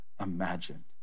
imagined